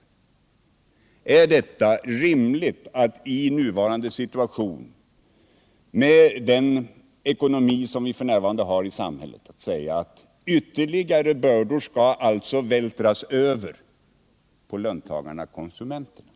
Men är det rimligt att i nuvarande ekonomiska läge säga att ytterligare bördor skall vältras över på löntagarna-konsumenterna?